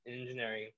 engineering